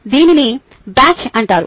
కాబట్టి దీనిని బ్యాచ్ అంటారు